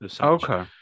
Okay